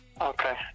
Okay